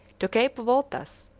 to cape voltas,